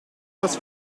das